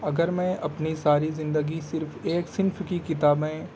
اگر میں اپنی ساری زندگی صرف ایک صنف کی کتابیں